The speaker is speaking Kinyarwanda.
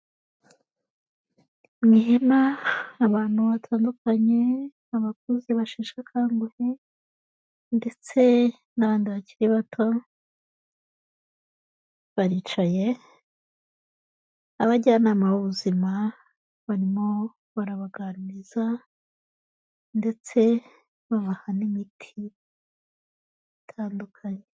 Mu ihema abantu batandukanye, abakuze basheshe akanguhe ndetse n'abandi bakiri bato baricaye, abajyanama b'ubuzima barimo barabaganiriza ndetse babaha n'imiti itandukanye.